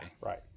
Right